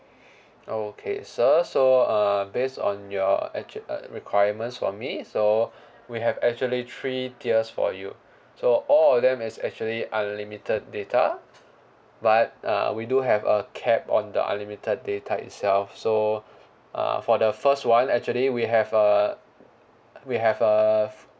okay sir so uh based on your actual uh requirements for me so we have actually three tiers for you so all of them is actually unlimited data but uh we do have a cap on the unlimited data itself so uh for the first one actually we have uh we have uh